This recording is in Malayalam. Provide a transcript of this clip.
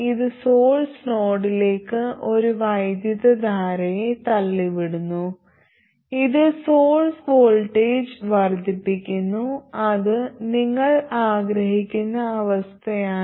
ഇത് സോഴ്സ് നോഡിലേക്ക് ഒരു വൈദ്യുതധാരയെ തള്ളിവിടുന്നു ഇത് സോഴ്സ് വോൾട്ടേജ് വർദ്ധിപ്പിക്കുന്നു അത് നിങ്ങൾ ആഗ്രഹിക്കുന്ന അവസ്ഥയാണ്